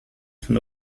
von